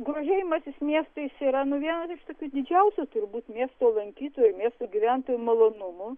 grožėjimasis miestais yra nu vienas iš tokių didžiausių turbūt miestų lankytojų miestų gyventojų malonumų